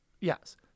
Yes